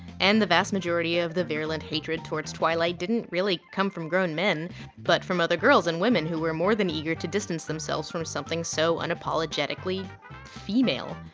and the vast majority of the virulent hatred towards twilight didn't really come from grown men but from other girls and women who were more than eager to distance themselves from something so unapologetically female.